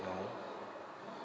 now